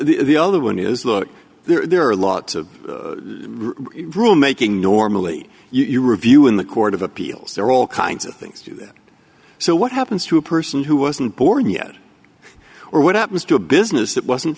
the other one is look there are a lot of room making normally you review in the court of appeals there are all kinds of things that so what happens to a person who wasn't born yet or what happens to a business that wasn't